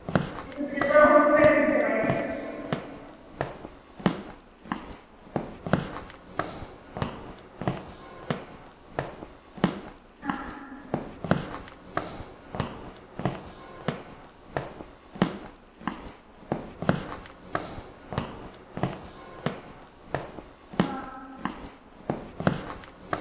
ᱥᱮ ᱥᱩᱫᱩ ᱡᱚᱛᱚ ᱦᱩᱲᱩ ᱜᱮᱯᱮ ᱟᱹᱠᱷᱨᱤᱧ ᱪᱟᱵᱟᱭᱟ ᱦᱚᱸ ᱦᱚᱸ